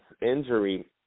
injury